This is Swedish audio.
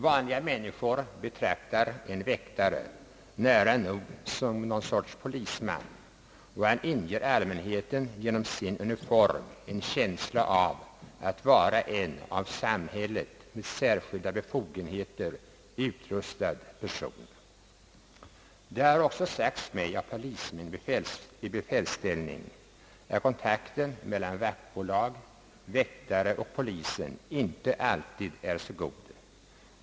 Vanliga människor betraktar en väktare nära nog som någon sorts polisman, och genom sin uniform inger väktaren bland allmänheten en känsla av att vara en av samhället med särskilda befogenheter utrustad person. Polismän i befälsställning har också sagt mig att kontakten mellan vaktbolag, väktare och polis inte alltid är så god.